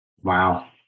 Wow